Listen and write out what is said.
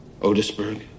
Otisburg